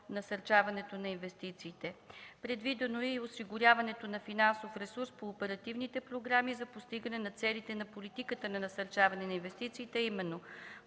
насърчаването на инвестициите. Предвидено е и осигуряването на финансов ресурс по оперативните програми за постигане на целите на политиката на насърчаване на инвестициите, а именно